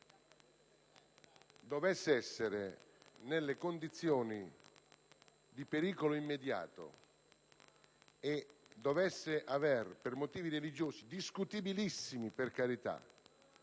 dovesse trovarsi in condizioni di pericolo immediato e dovesse, per motivi religiosi (discutibilissimi, per carità),